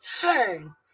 turn